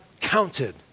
counted